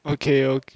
okay